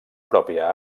pròpia